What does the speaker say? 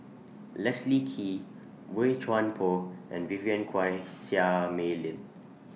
Leslie Kee Boey Chuan Poh and Vivien Quahe Seah Mei Lin